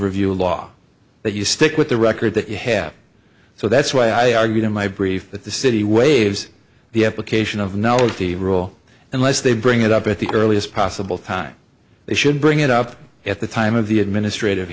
review a law that you stick with the record that you have so that's why i argued in my brief that the city waves the application of knowledge the rule unless they bring it up at the earliest possible time they should bring it up at the time of the administrative